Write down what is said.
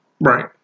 Right